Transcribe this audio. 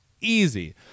Easy